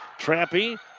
Trampy